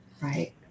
right